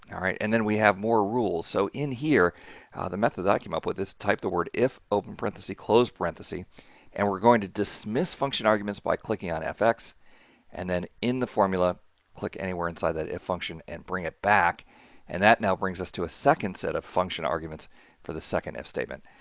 yeah alright, and then we have more rules. so, in here the method i ah came up with this type the word if open parenthesis, close parenthesis and we're going to dismiss function arguments by clicking on fx and then in the formula click anywhere inside that if function and bring it back and that now brings us to a second set of function arguments for the second def statement.